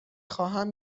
خواهم